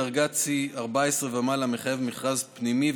הליך מדרגת שיא 14 ומעלה מחייב מכרז פנימי,